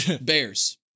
bears